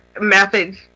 methods